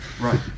Right